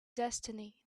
destiny